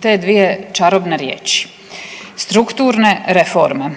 te dvije čarobne riječi, strukturne reforme.